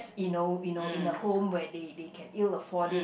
you know you know in the home where they they can ill afford it